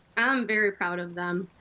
i'm very proud of them.